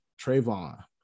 Trayvon